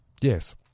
Yes